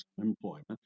employment